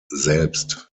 selbst